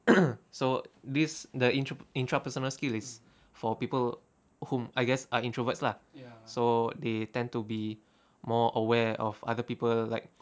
so this the intre~ intrapersonal skill is for people whom I guess are introverts lah so they tend to be more aware of other people like